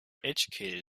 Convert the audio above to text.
educated